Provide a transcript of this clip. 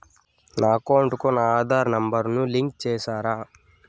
నా అకౌంట్ కు నా ఆధార్ నెంబర్ ను లింకు చేసారా